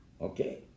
Okay